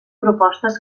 propostes